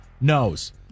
knows